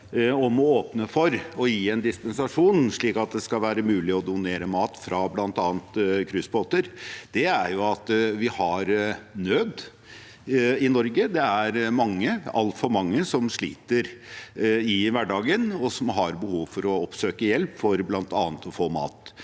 om å åpne for å gi en dispensasjon slik at det skal være mulig å donere mat fra bl.a. cruisebåter, er jo at vi har nød i Norge. Det er mange – altfor mange – som sliter i hverdagen, og som har behov for å oppsøke hjelp for bl.a. å få mat.